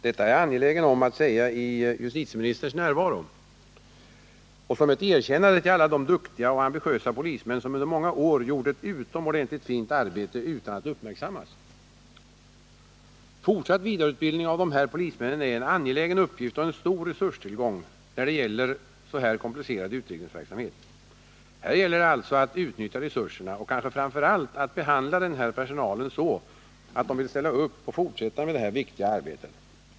Detta är jag angelägen att säga i justitieministerns närvaro och som ett erkännande till alla de duktiga och ambitiösa polismän, som under många år gjort ett utomordentligt fint arbete utan att uppmärksammas. Fortsatt vidareutbildning av de här polismännen är en angelägen uppgift och en stor resurstillgång när det gäller så här komplicerad utredningsverksamhet. Här gäller det alltså att utnyttja resurserna, och kanske framför allt att behandla personalen så att den vill ställa upp och fortsätta med detta viktiga arbete.